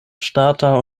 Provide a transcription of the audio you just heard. ŝtata